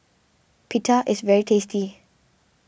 Pita is very tasty